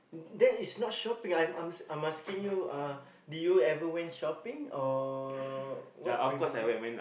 that is not shopping I'm I'm asking you uh did you ever went shopping or what previously